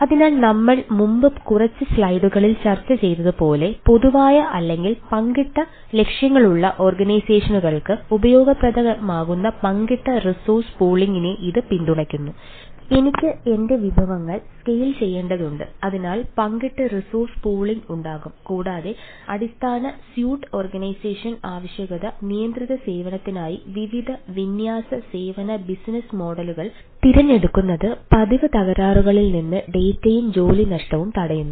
അതിനാൽ നമ്മൾ മുമ്പ് കുറച്ച് സ്ലൈഡുകയും ജോലി നഷ്ടവും തടയുന്നു